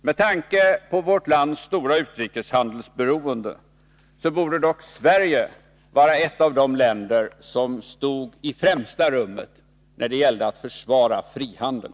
Med tanke på vårt lands stora utrikeshandelsberoende borde dock Sverige vara ett av de länder som stod i främsta ledet när det gäller att försvara frihandeln.